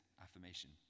affirmation